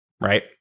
Right